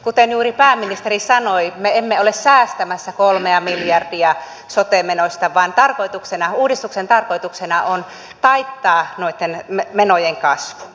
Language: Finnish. kuten juuri pääministeri sanoi me emme ole säästämässä kolmea miljardia sote menoista vaan uudistuksen tarkoituksena on taittaa noitten menojen kasvu